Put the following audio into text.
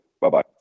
Bye-bye